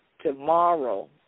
tomorrow